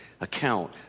account